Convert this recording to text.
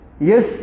Yes